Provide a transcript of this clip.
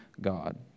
God